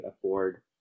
afford